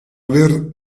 aver